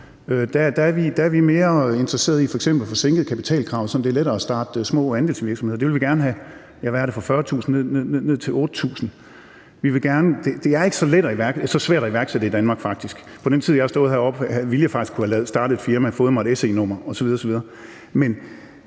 Der er vi mere interesseret i f.eks. at få sænket kapitalkravet, så det er lettere at starte små andelsvirksomheder. Det vil vi gerne have ned fra 40.000 kr. til 8.000 kr. Det er faktisk ikke så svært at iværksætte i Danmark. I den tid, jeg har stået heroppe, ville jeg faktisk kunne have startet et firma og fået mig et se-nr. osv.